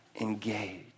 engage